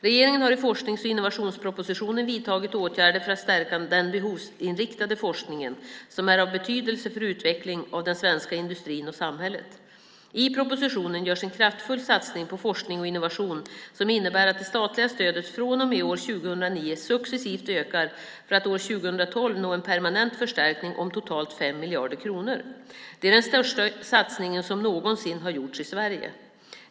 Regeringen har i forsknings och innovationspropositionen vidtagit åtgärder för att stärka den behovsinriktade forskningen, som är av betydelse för utveckling av den svenska industrin och det svenska samhället. I propositionen görs en kraftfull satsning på forskning och innovation som innebär att det statliga stödet från och med år 2009 successivt ökar för att år 2012 nå en permanent förstärkning om totalt 5 miljarder kronor. Det är den största satsning som någonsin har gjorts i Sverige.